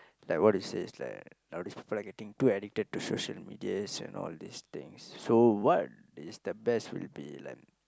like what they say is like nowadays people are getting too addicted to social medias and all these things so what is the best will be like